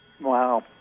Wow